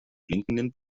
blinkenden